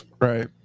Right